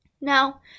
Now